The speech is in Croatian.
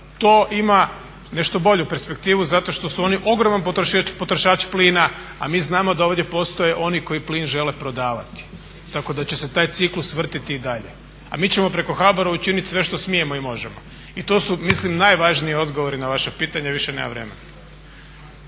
to ima nešto bolju perspektivu zato što su oni ogroman potrošač plina, a mi znamo da ovdje postoje oni koji plin žele prodavati, tako da će se taj ciklus vrtiti i dalje. A mi ćemo preko HBOR-a učiniti sve što smijemo i možemo. I to su mislim najvažniji odgovori na vaša pitanje i više nemam vremena.